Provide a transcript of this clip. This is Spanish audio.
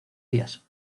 días